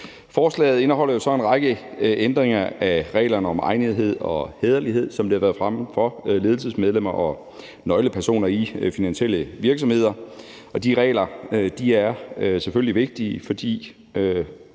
Forslaget indeholder så en række ændringer af reglerne om egnethed og hæderlighed, som det har været fremme, for ledelsesmedlemmer og nøglepersoner i finansielle virksomheder, og de regler er selvfølgelig vigtige. For